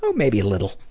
so maybe a little